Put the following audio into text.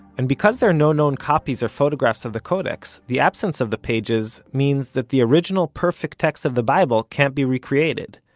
and because there are no known copies of photographs of the codex the absence of the pages means that the original perfect texts of the bible can't be recreated.